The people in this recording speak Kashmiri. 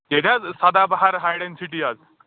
ییٚتہِ حظ سَدا بَہار ہای ڈَنسِٹی حظ